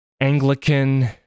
Anglican